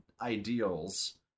ideals